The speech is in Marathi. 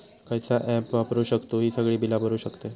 खयचा ऍप वापरू शकतू ही सगळी बीला भरु शकतय?